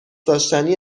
داشتنی